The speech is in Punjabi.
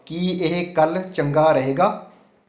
ਕੀ ਇਹ ਕੱਲ੍ਹ ਚੰਗਾ ਰਹੇਗਾ